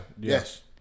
Yes